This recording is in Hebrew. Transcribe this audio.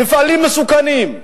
מפעלים מסוכנים,